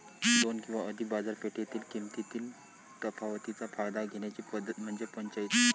दोन किंवा अधिक बाजारपेठेतील किमतीतील तफावतीचा फायदा घेण्याची पद्धत म्हणजे पंचाईत